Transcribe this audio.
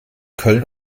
köln